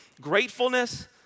gratefulness